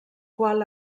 qual